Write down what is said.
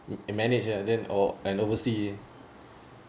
manage uh then or an oversea